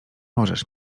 możesz